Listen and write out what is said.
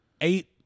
Eight